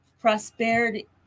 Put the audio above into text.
prosperity